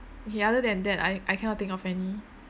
okay other than that I I cannot think of any